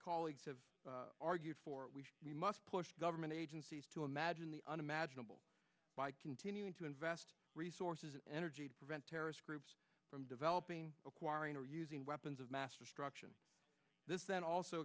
colleagues have argued for we must push government agencies to imagine the unimaginable by continuing to invest resources and energy to prevent terrorist groups from developing acquiring or using weapons of mass destruction that also